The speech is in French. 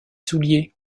soulier